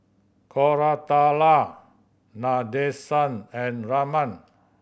Koratala Nadesan and Raman